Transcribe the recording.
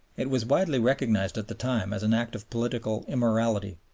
it was widely recognized at the time as an act of political immorality.